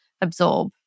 absorb